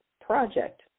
project